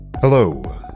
Hello